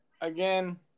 Again